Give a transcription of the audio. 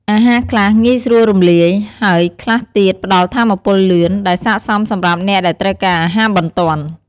អាហារខ្លះងាយស្រួលរំលាយ ហើយខ្លះទៀតផ្តល់ថាមពលលឿន ដែលស័ក្តិសមសម្រាប់អ្នកដែលត្រូវការអាហារបន្ទាន់។